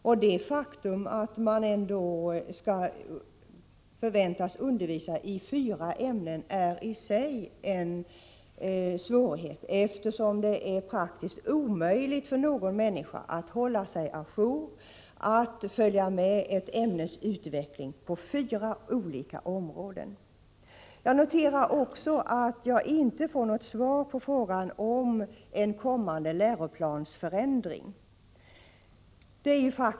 Det är i sig en svårighet att lärare förväntas undervisa i fyra ämnen, eftersom det är praktiskt omöjligt för någon människa att hålla sig å jour med och följa med i ämnesutvecklingen på fyra olika områden. Jag noterar också att jag inte får något svar på frågan om en kommande läroplansförändring.